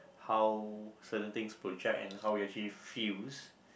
how certain things project and how you actually feels